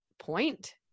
point